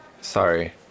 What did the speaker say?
Sorry